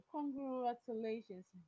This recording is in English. Congratulations